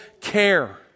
care